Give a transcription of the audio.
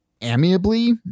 amiably